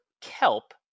kelp